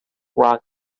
rock